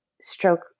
stroke